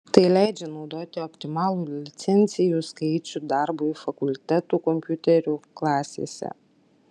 tai leidžia naudoti optimalų licencijų skaičių darbui fakultetų kompiuterių klasėse